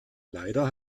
leider